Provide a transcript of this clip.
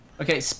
Okay